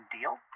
Deal